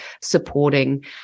supporting